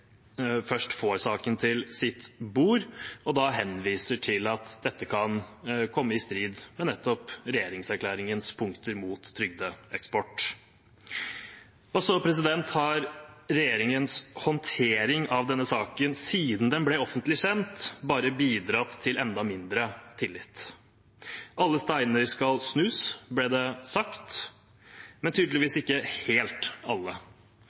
først får saken til sitt bord og da henviser til at dette kan komme i strid med nettopp regjeringserklæringens punkter mot trygdeeksport. Så har regjeringens håndtering av denne saken siden den ble offentlig kjent, bare bidratt til enda mindre tillit. Alle steiner skal snus, ble det sagt, men tydeligvis ikke helt alle.